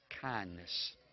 kindness